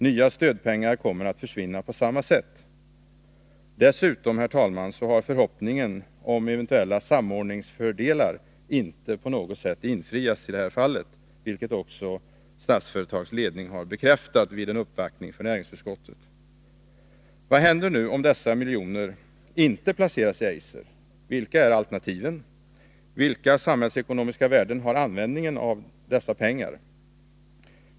Nya stödpengar kommer att försvinna på samma sätt. Dessutom, herr talman, har i det här fallet förhoppningen om eventuella samordningsfördelar inte på något sätt infriats, vilket också Statsföretags ledning har bekräftat vid en uppvaktning i näringsutskottet. Vad händer nu om dessa miljoner inte placeras i Eiser? Vilka är alternativen? Vilka samhällsekonomiska värden har användningen av dessa pengar?